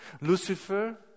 Lucifer